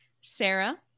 Sarah